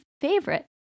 favorite